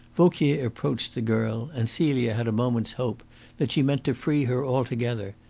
vauquier approached the girl, and celia had a moment's hope that she meant to free her altogether,